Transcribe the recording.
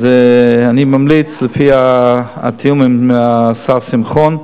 אני ממליץ, לפי התיאום עם השר שמחון,